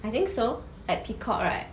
I think so like peacock right